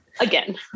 again